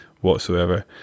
whatsoever